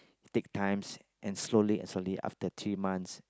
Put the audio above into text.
take times and slowly slowly after three months